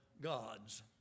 God's